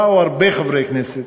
באו הרבה חברי כנסת,